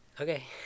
Okay